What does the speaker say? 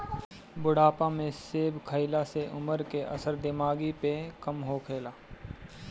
बुढ़ापा में सेब खइला से उमर के असर दिमागी पे कम होखेला